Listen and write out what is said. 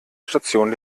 station